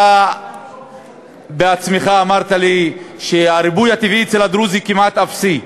אתה בעצמך אמרת לי שהריבוי הטבעי אצל הדרוזים כמעט אפסי,